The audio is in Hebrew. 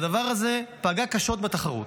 והדבר הזה פגע קשות בתחרות.